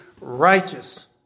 righteous